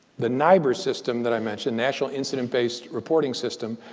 the nibr system that i mentioned, national incident based reporting system,